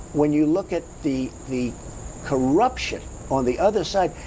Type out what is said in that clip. when you look at the the corruption on the other side,